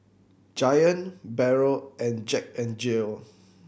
Giant Barrel and Jack N Jill